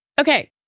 Okay